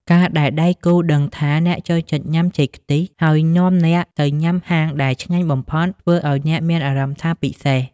ការដែលដៃគូដឹងថាអ្នកចូលចិត្តញ៉ាំ "ចេកខ្ទិះ" ហើយនាំអ្នកទៅញ៉ាំហាងដែលឆ្ងាញ់បំផុត ធ្វើឱ្យអ្នកមានអារម្មណ៍ថាពិសេស។